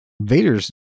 Vader's